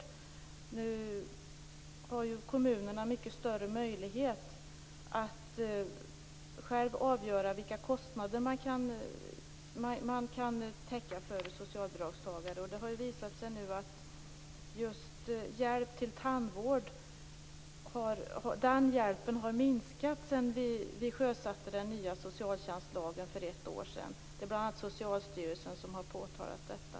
Nu har ju kommunerna mycket större möjligheter att själva avgöra vilka kostnader man kan täcka när det gäller socialbidragstagare. Det har nu visat sig att just hjälp till tandvård har minskat sedan vi sjösatte den nya socialtjänstlagen för ett år sedan. Det är bl.a. Socialstyrelsen som har påtalat detta.